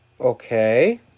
Okay